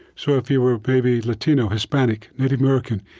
so if you were maybe latino, hispanic, native american,